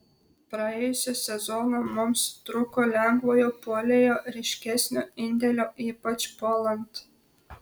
praėjusį sezoną mums trūko lengvojo puolėjo ryškesnio indėlio ypač puolant